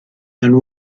and